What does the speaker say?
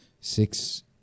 six